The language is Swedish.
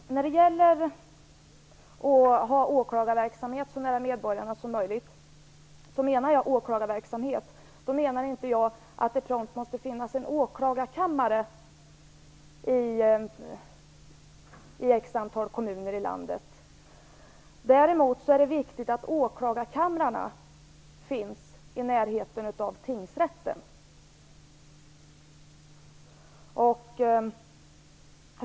Herr talman! När det gäller detta med att ha åklagarverksamheten så nära medborgarna som möjligt menar jag verkligen åklagarverksamhet, inte att det prompt skall finnas en åklagarkammare i X antal kommuner i landet. Däremot är det viktigt att åklagarkamrarna finns i närheten av tingsrätterna.